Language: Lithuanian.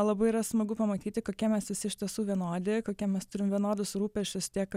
labai yra smagu pamatyti kokie mes visi iš tiesų vienodi kokie mes turim vienodus rūpesčius tiek